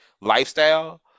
lifestyle